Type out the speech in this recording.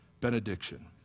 benediction